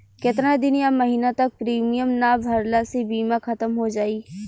केतना दिन या महीना तक प्रीमियम ना भरला से बीमा ख़तम हो जायी?